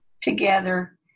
together